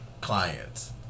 clients